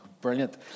Brilliant